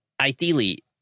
ideally